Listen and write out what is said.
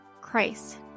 Christ